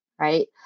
right